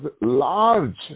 large